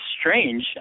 strange